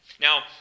Now